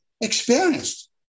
experienced